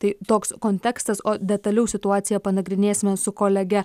tai toks kontekstas o detaliau situaciją panagrinėsime su kolege